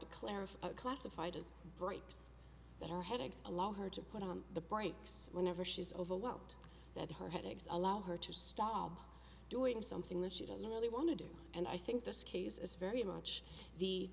to clarify classified as brakes that are headaches allow her to put on the brakes whenever she's overwhelmed that her headaches are allowed her to stop doing something that she doesn't really want to do and i think this case is very much the